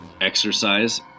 exercise